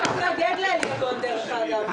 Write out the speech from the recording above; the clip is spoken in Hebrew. הוא התנגד לאליגון, דרך אגב.